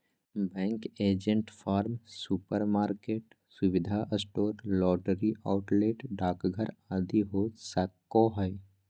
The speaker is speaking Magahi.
बैंक एजेंट फार्म, सुपरमार्केट, सुविधा स्टोर, लॉटरी आउटलेट, डाकघर आदि हो सको हइ